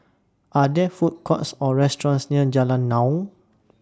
Are There Food Courts Or restaurants near Jalan Naung